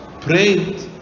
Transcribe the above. prayed